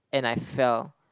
and I fell